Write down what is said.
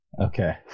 Okay